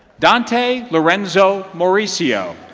dante lorenzo mauricio.